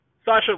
Sasha